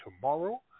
tomorrow